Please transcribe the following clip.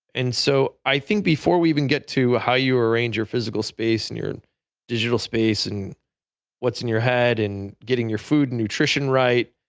so i think before we even get to how you arrange your physical space and your digital space, and what's in your head, and getting your food and nutrition right,